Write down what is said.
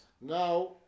now